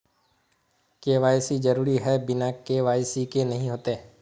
KYC जरुरी है बिना के.वाई.सी के नहीं होते?